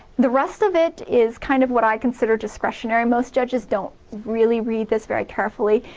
the rest of it is kind of what i consider discretionary most judges don't really read this very carefully.